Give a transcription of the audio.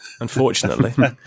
Unfortunately